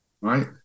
right